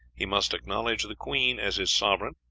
he must acknowledge the queen as his sovereign,